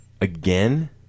Again